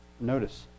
Notice